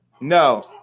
no